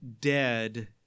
dead